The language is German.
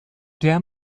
der